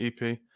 EP